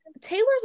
Taylor's